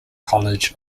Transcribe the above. college